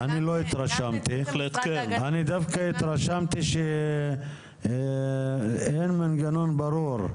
אני דווקא התרשמתי שאין מנגנון ברור.